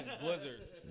blizzards